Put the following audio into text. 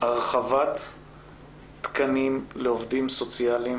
הרחבת תקנים לעובדים סוציאליים